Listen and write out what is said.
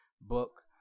book